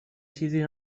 چیزی